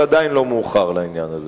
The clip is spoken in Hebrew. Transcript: אבל עדיין לא מאוחר לעניין הזה.